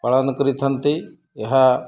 ପାଳନ କରିଥାନ୍ତି ଏହା